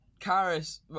Karis